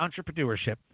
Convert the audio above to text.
Entrepreneurship